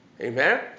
amen